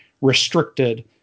restricted